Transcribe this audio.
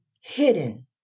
hidden